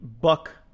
buck